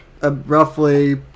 roughly